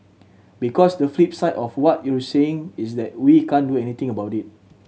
because the flip side of what you're saying is that we can't do anything about it